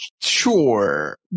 sure